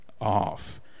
off